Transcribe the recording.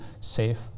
safe